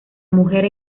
mujer